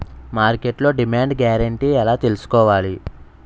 మార్కెట్లో demand guarantee ఎలా తెల్సుకోవాలి?